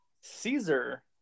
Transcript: Caesar